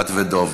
את ודב.